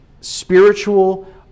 spiritual